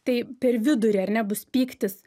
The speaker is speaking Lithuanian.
tai per vidurį ar ne bus pyktis